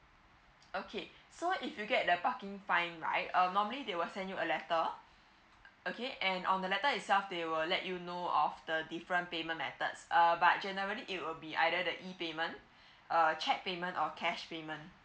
okay so if you get the parking fine right um normally they will send you a letter okay and on the letter itself they will let you know of the different payment methods uh but generally it will be either the E payment uh cheque payment or cash payment